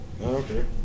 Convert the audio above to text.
Okay